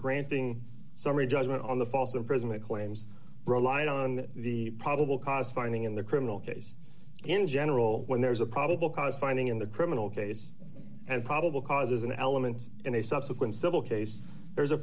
granting summary judgment on the false imprisonment claims relied on that the probable cause finding in the criminal case in general when there is a probable cause finding in the criminal case and probable cause is an element in a subsequent civil case there